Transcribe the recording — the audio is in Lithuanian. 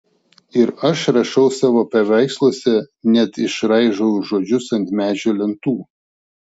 ir aš rašau savo paveiksluose net išraižau žodžius ant medžio lentų